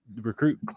recruit